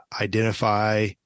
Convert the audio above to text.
identify